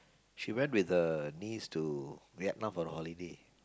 she went with her niece to Vietnam for the holiday